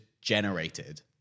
generated